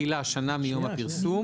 התחילה היא שנה מיום הפרסום,